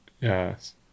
yes